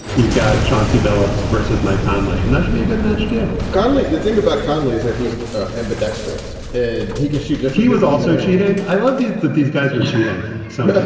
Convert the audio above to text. you've got chauncey billups versus mike conley, and that should be a good match to conley the thing about conley is that he's ambidextrous and he can shoot just he was also cheating. i love that these guys were shooting so